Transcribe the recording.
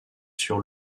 sur